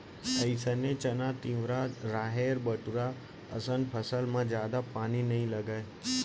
अइसने चना, तिंवरा, राहेर, बटूरा असन फसल म जादा पानी नइ लागय